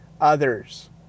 others